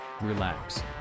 relax